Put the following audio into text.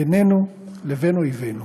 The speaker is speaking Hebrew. בינינו לבין אויבינו.